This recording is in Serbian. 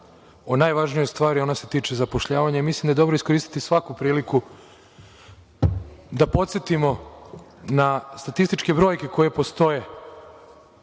o najvažnijoj stvari, ona se tiče zapošljavanja i mislim da je dobro iskoristiti svaku priliku da podsetimo na statističke brojke koje postoje